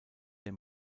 der